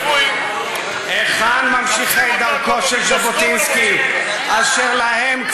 היכן ממשיכי דרכו של ז'בוטינסקי אשר להם,